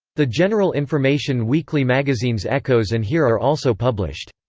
the general information weekly magazines echoes and here are also published.